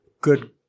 Good